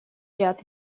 ряд